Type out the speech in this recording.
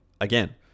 again